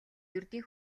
ердийн